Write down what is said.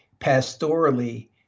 pastorally